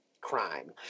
crime